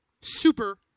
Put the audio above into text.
Super